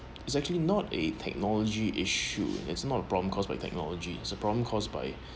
is actually not a technology issue it's not a problem caused by technology it's a problem caused by